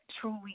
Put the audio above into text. truly